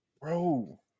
Bro